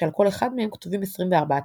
שעל כל אחד מהם כתובים 24 תווים.